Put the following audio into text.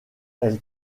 elle